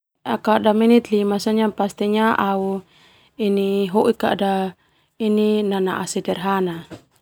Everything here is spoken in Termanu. Menit lima pastinya au hoi nanaa sederhana.